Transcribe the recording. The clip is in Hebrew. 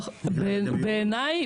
בעיניי,